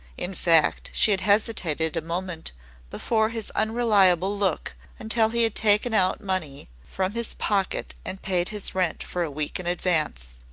in fact, she had hesitated a moment before his unreliable look until he had taken out money from his pocket and paid his rent for a week in advance.